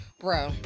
bro